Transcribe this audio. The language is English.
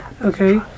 okay